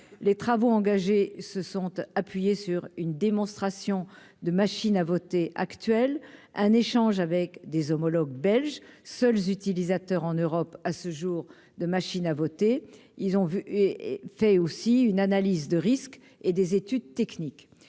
les travaux engagés se sont appuyés sur une démonstration de machines à voter, actuel, un échange avec des homologues belges seul utilisateurs en Europe à ce jour de machines à voter, ils ont vu et et fait aussi une analyse de risques et des études techniques